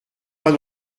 pas